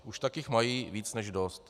Už tak jich mají víc než dost.